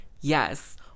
Yes